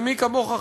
ומי כמוך,